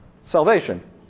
Salvation